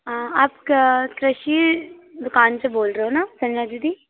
आप कृषि दुकान से बोल रहे हो ना संजना दीदी